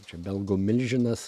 čia belgo milžinas